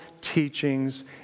teachings